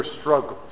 struggles